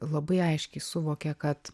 labai aiškiai suvokė kad